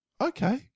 okay